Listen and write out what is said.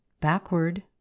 Backward